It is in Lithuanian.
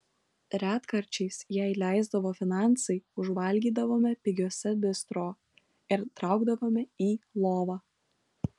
retkarčiais jei leisdavo finansai užvalgydavome pigiuose bistro ir traukdavome į lovą